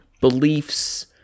beliefs